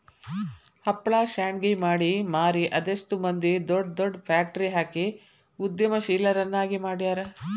ಹಪ್ಳಾ ಶಾಂಡ್ಗಿ ಮಾಡಿ ಮಾರಿ ಅದೆಷ್ಟ್ ಮಂದಿ ದೊಡ್ ದೊಡ್ ಫ್ಯಾಕ್ಟ್ರಿ ಹಾಕಿ ಉದ್ಯಮಶೇಲರನ್ನಾಗಿ ಮಾಡ್ಯಾರ